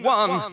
one